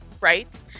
right